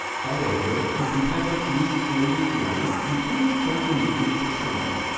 however if you have at least android nine you can record the meeting for somebody.